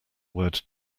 word